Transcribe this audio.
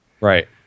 Right